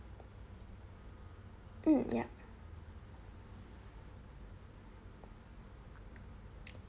mm yup